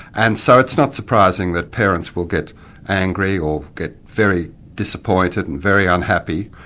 and so it's not surprising that parents will get angry, or get very disappointed, and very unhappy,